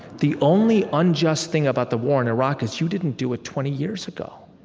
the only unjust thing about the war in iraq is you didn't do it twenty years ago.